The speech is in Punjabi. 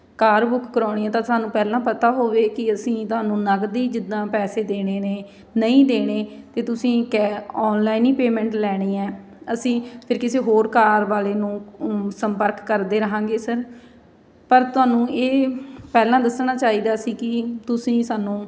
ਕਾਰ ਬੁੱਕ ਕਰਵਾਉਣੀ ਹੈ ਤਾਂ ਸਾਨੂੰ ਪਹਿਲਾਂ ਪਤਾ ਹੋਵੇ ਕਿ ਅਸੀਂ ਤੁਹਾਨੂੰ ਨਗਦੀ ਜਿੱਦਾਂ ਪੈਸੇ ਦੇਣੇ ਨੇ ਨਹੀਂ ਦੇਣੇ ਅਤੇ ਤੁਸੀਂ ਕੈ ਔਨਲਾਈਨ ਹੀ ਪੇਮੈਂਟ ਲੈਣੀ ਹੈ ਅਸੀਂ ਫਿਰ ਕਿਸੇ ਹੋਰ ਕਾਰ ਵਾਲੇ ਨੂੰ ਸੰਪਰਕ ਕਰਦੇ ਰਹਾਂਗੇ ਸਰ ਪਰ ਤੁਹਾਨੂੰ ਇਹ ਪਹਿਲਾਂ ਦੱਸਣਾ ਚਾਹੀਦਾ ਸੀ ਕਿ ਤੁਸੀਂ ਸਾਨੂੰ